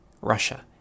Russia